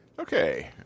Okay